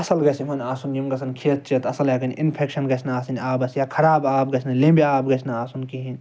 اصل گَژھِ یِمَن آسُن یِم گَژھَن کھیٚتھ چیٚتھ اصل ہیٚکٕن اِنفیٚکشَن گَژھِ نہٕ آسٕن آبَس یا خراب آب گَژھِ نہٕ لیٚمبہ آب گَژھِ نہٕ آسُن کِہیٖنۍ